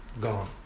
gone